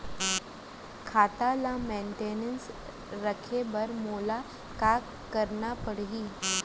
खाता ल मेनटेन रखे बर मोला का करना पड़ही?